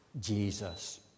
Jesus